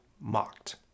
mocked